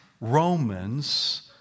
Romans